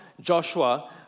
Joshua